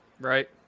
Right